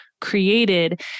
created